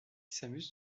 s’amusent